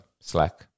Slack